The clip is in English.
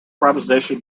proposition